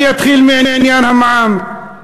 אני אתחיל מעניין המע"מ,